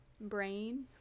brain